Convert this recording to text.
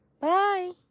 Bye